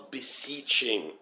Beseeching